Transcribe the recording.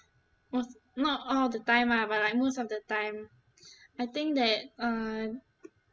most not all of the time ah but like most of the time I think that uh